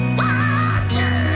water